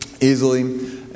easily